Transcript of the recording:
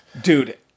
dude